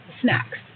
snacks